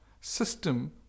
system